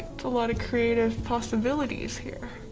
a lot of creative possibilities here.